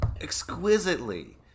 exquisitely